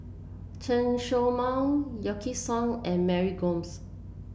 Chen Show Mao Wykidd Song and Mary Gomes